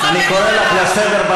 הסייבר,